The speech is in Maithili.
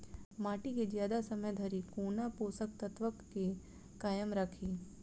माटि केँ जियादा समय धरि कोना पोसक तत्वक केँ कायम राखि?